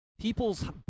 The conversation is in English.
people's